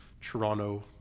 Toronto